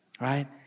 right